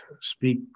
speak